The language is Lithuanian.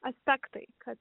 aspektai kad